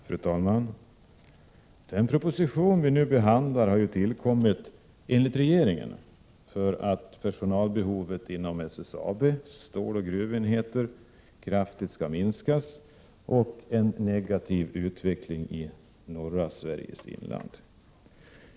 Fru talman! Den proposition vi nu behandlar har, enligt regeringen, tillkommit på grund av att personalbehovet inom SSAB:s ståloch gruvenheter kraftigt skall minskas och på grund av den negativa utveckligen i norra Sveriges inland.